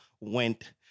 went